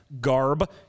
garb